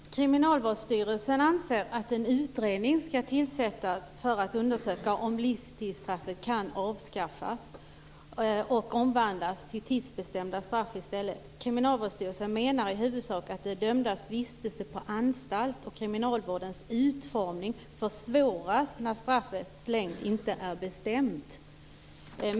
Fru talman! Kriminalvårdsstyrelsen anser att en utredning skall tillsättas för att undersöka om livstidsstraffet kan avskaffas och omvandlas till tidsbestämda straff. Kriminalvårdsstyrelsen menar i huvudsak att de dömdas vistelse på anstalt och kriminalvårdens utformning försvåras när straffets längd inte är bestämt.